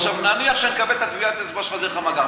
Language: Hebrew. עכשיו נניח שאני מקבל את טביעת האצבע שלך דרך המאגר.